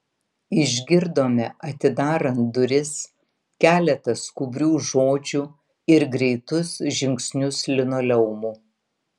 išgirdome atidarant duris keletą skubrių žodžių ir greitus žingsnius linoleumu